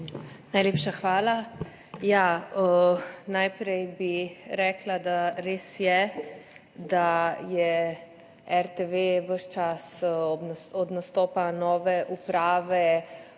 Najlepša hvala. Najprej bi rekla, da je res, da je RTV ves čas od nastopa nove uprave